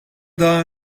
daha